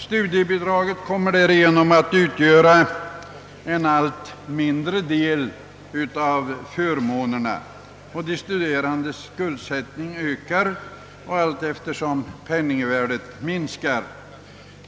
Studiebidraget kommer därigenom att utgöra en allt mindre del av förmånerna, och de studerandes skuldsättning ökar allteftersom penningvärdet sjunker.